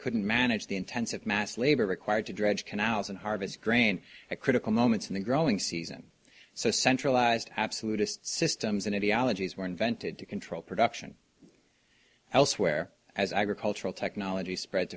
couldn't manage the intensive mass labor required to dredge canals and harvest grain at critical moments in the growing season so centralised absolute systems in idiology as were invented to control production elsewhere as i recall troll technology spread